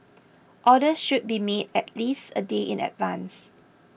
orders should be made at least a day in advance